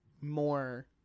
more